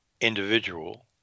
individual